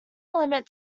limit